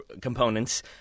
components